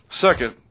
Second